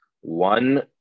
One